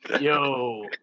Yo